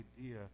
idea